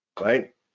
right